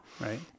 right